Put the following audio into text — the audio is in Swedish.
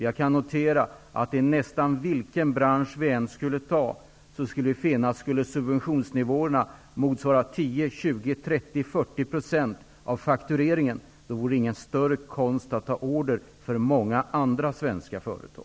Jag kan notera att om vi, nästan vilken bransch vi än väljer, skulle ha subventionsnivåer motsvarande 10, 20, 30 eller 40 % av faktureringen, skulle det inte vara någon större konst att ta order från många andra svenska företag.